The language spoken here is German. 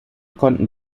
konnten